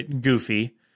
goofy